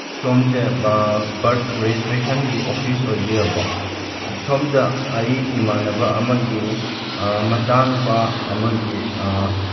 ꯁꯣꯝꯁꯦ ꯕꯥꯔꯠ ꯔꯤꯖꯤꯁꯇ꯭ꯔꯦꯁꯟꯒꯤ ꯑꯣꯐꯤꯁ ꯑꯣꯏꯕꯤꯔꯕ꯭ꯔꯣ ꯁꯣꯝꯗ ꯑꯩ ꯏꯃꯥꯟꯅꯕ ꯑꯃꯒꯤ ꯃꯆꯥ ꯅꯨꯄꯥ ꯑꯃꯒꯤ